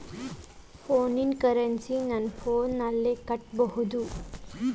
ಫೋನಿನ ಕರೆನ್ಸಿ ನನ್ನ ಫೋನಿನಲ್ಲೇ ಕಟ್ಟಬಹುದು?